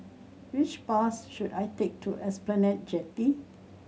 which bus should I take to Esplanade Jetty